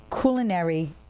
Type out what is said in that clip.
culinary